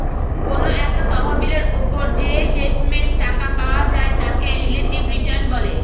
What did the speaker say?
কোনো একটা তহবিলের ওপর যে শেষমেষ টাকা পাওয়া যায় তাকে রিলেটিভ রিটার্ন বলে